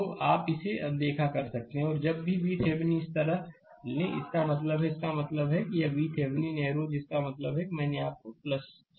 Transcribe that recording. तो आप इसे अनदेखा कर सकते हैं और जब भी VThevenin इस तरह ले इसका मतलब है इसका मतलब है कि यह VThevenin एरो है जिसका मतलब है कि मैंने आपको बताया